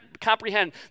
comprehend